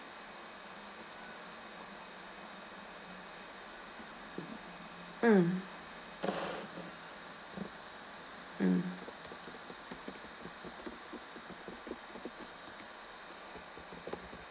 mm mm